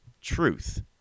truth